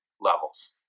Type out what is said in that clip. levels